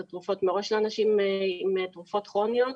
התרופות מראש לאנשים עם תרופות כרוניות,